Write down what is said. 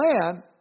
plan